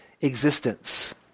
existence